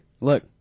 look